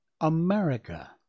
America